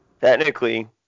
technically